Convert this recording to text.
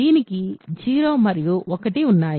దీనికి 0 మరియు 1 ఉన్నాయి